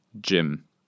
Jim